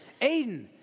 Aiden